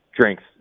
drinks